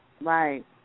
Right